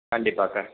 கண்டிப்பாக சார்